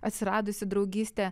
atsiradusi draugystė